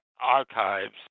archives